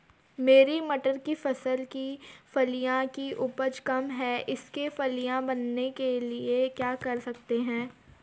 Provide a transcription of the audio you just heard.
मेरी मटर की फसल की फलियों की उपज कम है इसके फलियां बनने के लिए क्या कर सकते हैं?